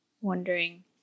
wondering